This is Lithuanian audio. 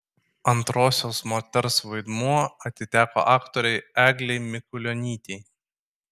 antrosios moters vaidmuo atiteko aktorei eglei mikulionytei